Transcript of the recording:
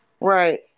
Right